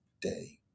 day